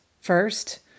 First